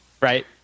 Right